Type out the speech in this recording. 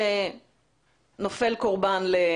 חיובית ויש כתובת לאנשים שנופלים באמת קורבן לעושק.